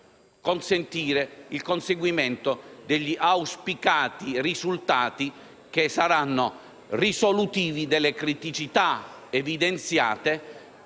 consentire il conseguimento degli auspicati risultati che saranno risolutivi delle criticità evidenziate.